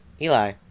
Eli